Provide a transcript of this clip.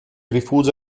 rifugia